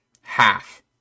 half